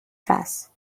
class